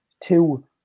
two